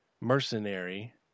mercenary